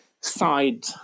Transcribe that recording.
Side